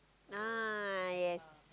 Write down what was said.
ah yes